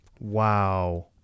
Wow